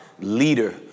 leader